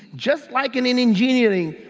just like in in engineering,